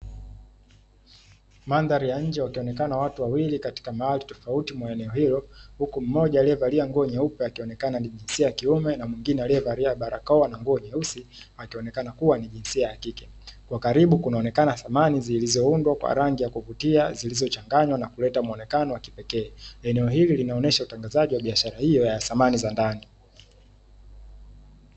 Mandhari ya nje wakionekana watu wawili katika mahali tofauti mwa eneo hilo huku mmoja aliyevalia nguo nyeupe akionekana ni jinsia ya kiume na mwingine aliyevalia barakoa na nguo nyeusi akionekana kuwa ni jinsia ya kike, kwa karibu kunaonekana samani zilizoundwa kwa rangi ya kuvutia zilizochanganywa na kuleta muonekano wa kipekee, eneo hili linaonyesha utangazaji wa biashara hiyo ya samani za ndani.